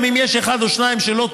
אם יש אחד או שניים שלא טובים,